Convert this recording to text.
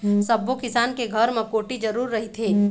सब्बो किसान के घर म कोठी जरूर रहिथे